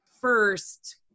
first